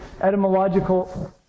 Etymological